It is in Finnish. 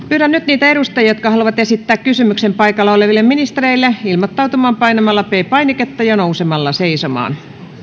pyydän nyt niitä edustajia jotka haluavat esittää kysymyksen paikalla oleville ministereille ilmoittautumaan painamalla p painiketta ja nousemalla seisomaan